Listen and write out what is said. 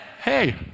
hey